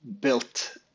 built